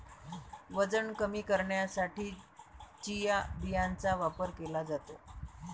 वजन कमी करण्यासाठी चिया बियांचा वापर केला जातो